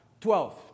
Twelve